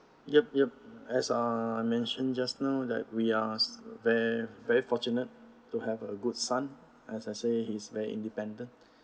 yup yup as I mentioned just now like we uh ver~ very fortunate to have a good son as I say he's very independent